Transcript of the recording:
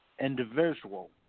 individual